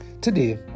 Today